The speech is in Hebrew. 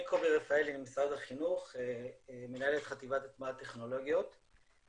אני מנהל חטיבת הטמעת טכנולוגיות במשרד החינוך.